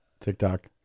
TikTok